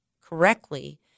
correctly